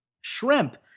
Shrimp